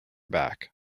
back